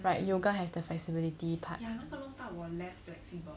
like yoga has the flexibility part